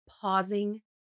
pausing